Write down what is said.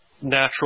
natural